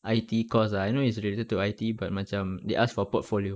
I_T course ah I don't know it's related to I_T but macam they asked for portfolio